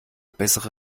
bessere